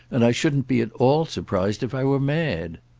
and i shouldn't be at all surprised if i were mad.